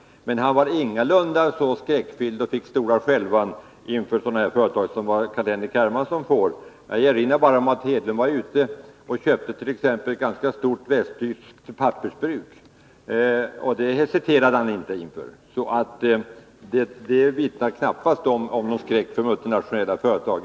Men han var ingalunda skräckfylld och fick inte stora skälvan, vilket Carl-Henrik Hermansson får, inför tanken på multinationella företag. Jag vill erinra om att Gunnar Hedlund exempelvis köpte ett stort västtyskt pappersbruk. Det hesiterade han inte inför. Det vittnar knappast om någon skräck för multinationella företag.